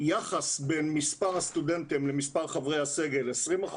יחס בין מספר הסטודנטים למספר חברי הסגל 20%,